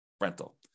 rental